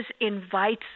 invites